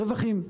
רווחים.